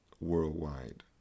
worldwide